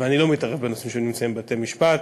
ואני לא מתערב בנושאים שנמצאים בבתי-משפט.